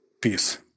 peace